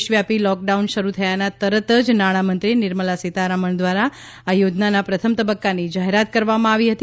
દેશવ્યાપી લોકડાઉન શરૂ થયાના તરત જ નાણાં મંત્રી નિર્મલા સીતારમણ દ્વારા યોજનાના પ્રથમ તબક્કાની જાહેરાત કરવામાં આવી હતી